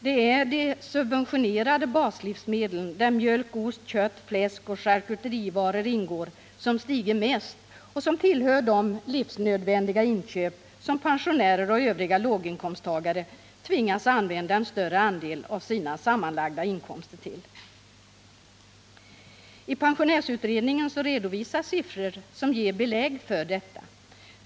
Det är de subventionerade baslivsmedlen, där mjölk, ost, kött, fläsk och charkuterivaror ingår, som stigit mest och som tillhör de livsnödvändiga inköp som pensionärer och övriga låginkomsttagare tvingas använda en större del av sina sammanlagda inkomster till. I pensionärsutredningen redovisas siffror som ger belägg för detta.